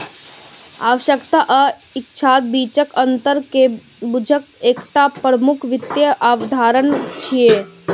आवश्यकता आ इच्छाक बीचक अंतर कें बूझब एकटा प्रमुख वित्तीय अवधारणा छियै